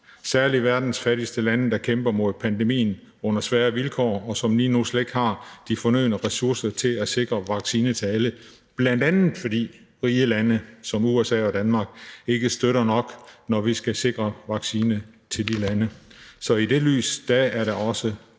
særlig verdens fattigste lande, der kæmper mod pandemien under svære vilkår, og som lige nu slet ikke har de fornødne ressourcer til at sikre vaccine til alle, bl.a. fordi rige lande som USA og Danmark ikke støtter nok, når vi skal sikre vaccine til de lande. Så i det lys er der også